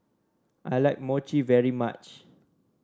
I like Mochi very much